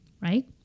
right